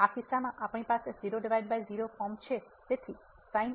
તેથી આ કિસ્સામાં આપણી પાસે 00 ફોર્મ છે